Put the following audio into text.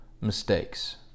mistakes